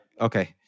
okay